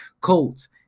Colts